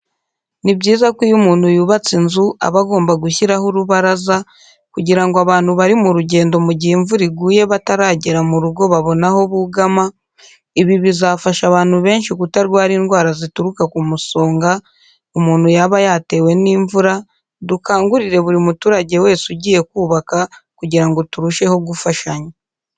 Ni byiza ko iyo umuntu yubatse inzu aba agomba gushyiraho urubaraza kugira ngo abantu bari mu rugendo mu gihe imvura iguye bataragera mu rugo babone aho bugama, ibi bizafasha abantu benshi kutarwara indwara zituruka ku musonga umuntu yaba yatewe n'imvura, dukangurire buri muturage wese ugiye kubaka kugira ngo turusheho gufashanya.